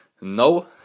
No